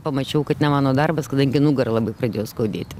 pamačiau kad ne mano darbas kadangi nugara labai pradėjo skaudėti